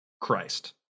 christ